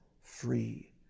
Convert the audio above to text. free